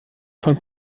von